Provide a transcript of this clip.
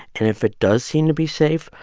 and if it does seem to be safe,